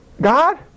God